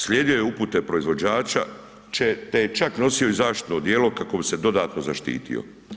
Slijedio je upute proizvođača, te je čak nosio i zaštitno odijelo kako bi se dodatno zaštitio.